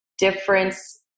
Difference